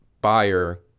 buyer